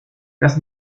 das